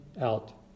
out